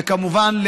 וכמובן,